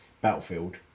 Battlefield